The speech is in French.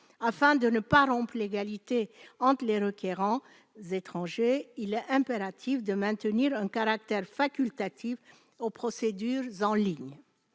Afin de ne pas rompre l'égalité entre les requérants étrangers, il est impératif de maintenir un caractère facultatif aux procédures en ligne.